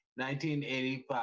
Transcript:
1985